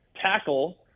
tackle